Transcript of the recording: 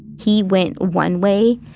he went one way.